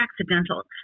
accidental